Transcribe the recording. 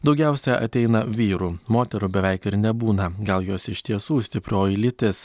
daugiausia ateina vyrų moterų beveik ir nebūna gal jos iš tiesų stiprioji lytis